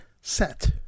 set